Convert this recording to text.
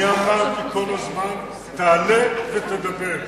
חבר הכנסת, אני אמרתי כל הזמן: תעלה ותדבר.